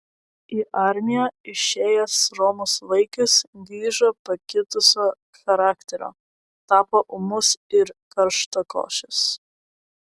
į armiją išėjęs romus vaikis grįžo pakitusio charakterio tapo ūmus ir karštakošis